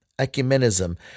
ecumenism